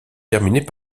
terminait